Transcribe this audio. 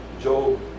Job